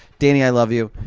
danny, i love you.